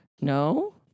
No